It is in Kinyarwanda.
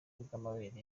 bw’amabere